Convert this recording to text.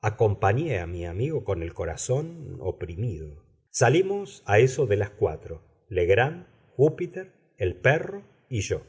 acompañé a mi amigo con el corazón oprimido salimos a eso de las cuatro legrand júpiter el perro y yo